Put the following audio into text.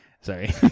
Sorry